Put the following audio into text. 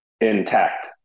intact